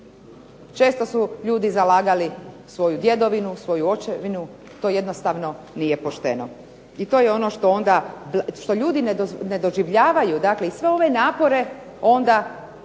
Često su ljudi zalagali svoju djedovinu, svoju očevinu. To jednostavno nije pošteno i to je ono što onda, što ljudi ne doživljavaju, dakle i sve ove napore onda